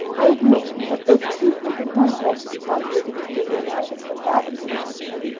i admit that the treatment of my horse is calculated to give your highness a bad opinion of me,